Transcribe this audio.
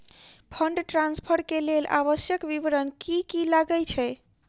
Fund transfer केँ लेल आवश्यक विवरण की की लागै छै?